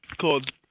called